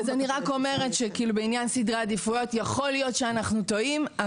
אז אני רק אומרת שבעניין סדרי העדיפויות יכול להיות שאנחנו טועים.